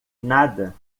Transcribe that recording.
nada